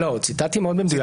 ציטטתי מאוד במדויק.